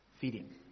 feeding